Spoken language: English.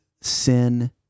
sin